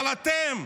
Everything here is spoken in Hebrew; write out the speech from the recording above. אבל אתם,